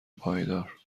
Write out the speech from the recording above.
پایدار